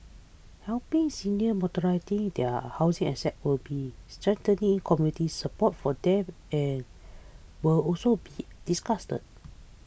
helping seniors monetise their housing assets will be strengthening community support for them and will also be discussed